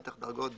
מתח דרגות,